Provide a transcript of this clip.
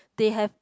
they have